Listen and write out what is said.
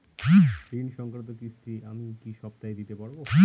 ঋণ সংক্রান্ত কিস্তি আমি কি সপ্তাহে দিতে পারবো?